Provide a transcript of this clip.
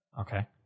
okay